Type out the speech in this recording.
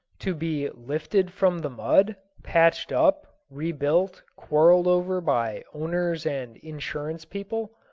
to be lifted from the mud, patched up, rebuilt, quarreled over by owners and insurance people,